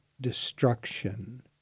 destruction